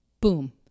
boom